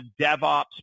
DevOps